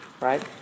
Right